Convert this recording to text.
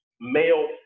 male